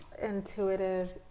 intuitive